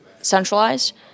centralized